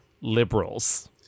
Liberals